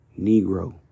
Negro